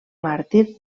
màrtir